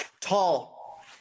tall